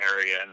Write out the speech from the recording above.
area